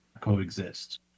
coexist